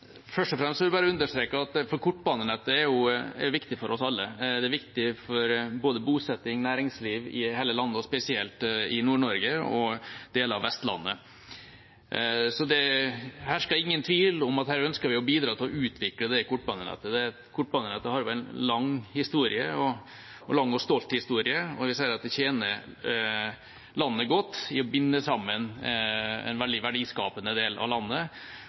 Først og fremst vil jeg bare understreke at kortbanenettet er viktig for oss alle. Det er viktig for både bosetting og næringsliv i hele landet, og spesielt i Nord-Norge og deler av Vestlandet. Det hersker ingen tvil om at vi ønsker å bidra til å utvikle kortbanenettet. Kortbanenettet har en lang og stolt historie, og jeg vil si at det tjener landet godt ved å binde sammen en veldig verdiskapende del av landet